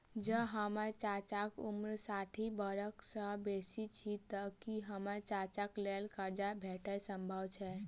जँ हम्मर चाचाक उम्र साठि बरख सँ बेसी अछि तऽ की हम्मर चाचाक लेल करजा भेटब संभव छै?